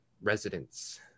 residents